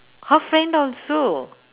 her friend also